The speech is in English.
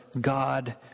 God